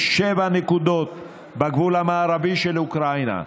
יש שבע נקודות בגבול המערבי של אוקראינה,